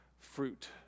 fruit